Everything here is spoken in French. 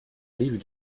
rives